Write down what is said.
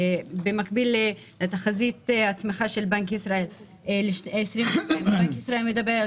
במקביל לתחזית הצמיחה של בנק ישראל לשנת 2022. בנק ישראל מדבר על